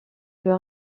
peut